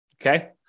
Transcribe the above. Okay